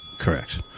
Correct